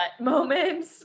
moments